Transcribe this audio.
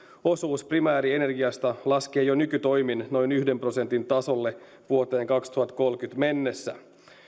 osuus primäärienergiasta laskee jo nykytoimin noin yhden prosentin tasolle vuoteen kaksituhattakolmekymmentä mennessä